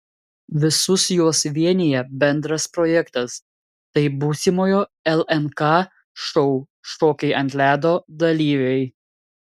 visus juos vienija bendras projektas tai būsimojo lnk šou šokiai ant ledo dalyviai